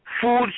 Food